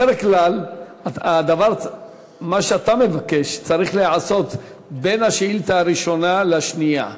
בדרך כלל מה שאתה מבקש צריך להיעשות בין השאילתה הראשונה לשנייה.